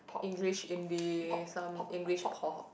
English indie some English pop